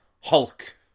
Hulk